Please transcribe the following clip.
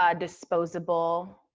ah disposable,